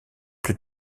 plus